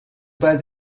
pas